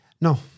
No